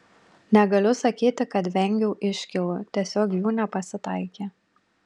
negaliu sakyti kad vengiau iškylų tiesiog jų nepasitaikė